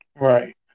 right